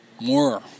More